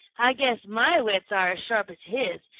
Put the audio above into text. i guess my wits are as sharp as his,